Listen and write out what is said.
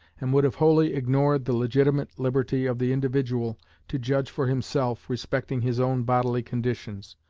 and would have wholly ignored the legitimate liberty of the individual to judge for himself respecting his own bodily conditions,